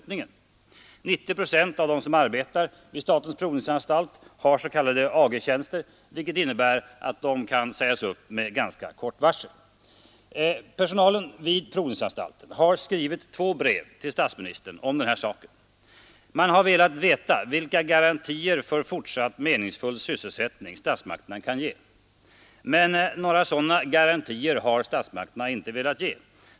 90 procent av dem som arbetar vid statens provningsanstalt har s.k. Ag-tjänster, vilket innebär att de kan sägas upp med ganska kort varsel. Personalen vid provningsanstalten har skrivit två brev till statsministern om den här saken. Man har velat veta vilka garantier för fortsatt meningsfull sysselsättning statsmakterna kan ge. Men några sådana garantier har statsmakterna inte velat ge.